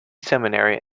seminary